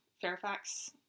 Fairfax